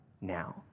now